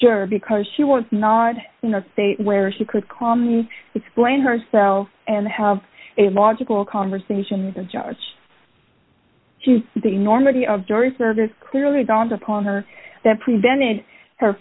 juror because she wants not in a state where she could call me explain herself and have a logical conversation and judge she's the enormity of jury service clearly dawned upon her that prevented